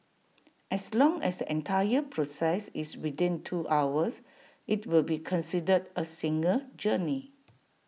as long as entire process is within two hours IT will be considered A single journey